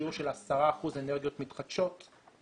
בשיעור של 10 אחוזים אנרגיות מתחדשות ב-2020.